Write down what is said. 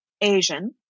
Asian